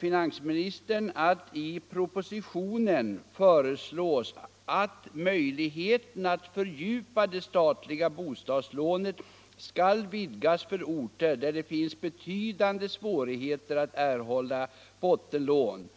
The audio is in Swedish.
finansministerns svar att i propositionen till årets höstriksdag föreslås att ”möjligheten att fördjupa det statliga bostadslånet skall vidgas för orter där det finns betydande svårigheter att erhålla bottenlån”.